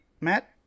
Matt